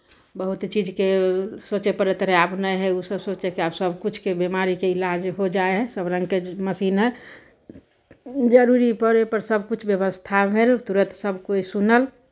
बहुत चीजके सोचय पड़ैत रहै आब नहि हइ ओसभ सोचयके आब सभकिछुके बिमारीके इलाज हो जाइ हइ सभ रङ्गके मशीन हइ जरूरी पड़ैपर सभकिछु व्यवस्था भेल तुरन्त सभकोइ सुनल